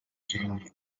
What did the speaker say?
jaume